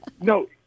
no